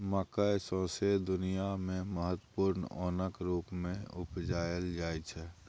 मकय सौंसे दुनियाँ मे महत्वपूर्ण ओनक रुप मे उपजाएल जाइ छै